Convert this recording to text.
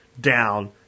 down